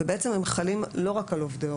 והם חלים לא רק על עובדי ההוראה.